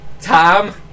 Tom